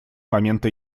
момента